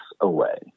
away